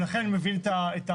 לכן אני מבין את ההבדל.